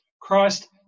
Christ